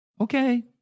Okay